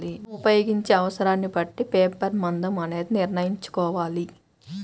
మనం ఉపయోగించే అవసరాన్ని బట్టే పేపర్ మందం అనేది నిర్ణయించుకోవాలి